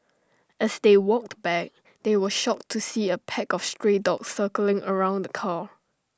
as they walked back they were shocked to see A pack of stray dogs circling around car